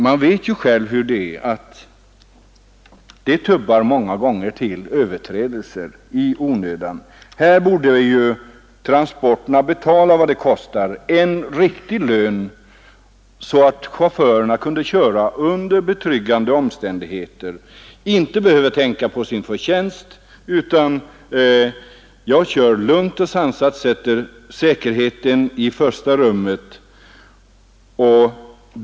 Man vet ju själv hur det är: det tubbar många till överträdelser i onödan. Här borde transportörerna betala vad det kostar, en riktig lön så att chaufförerna inte behövde tänka på sin förtjänst utan kunna köra lugnt och sansat och sätta säkerheten i första rummet.